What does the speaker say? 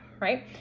right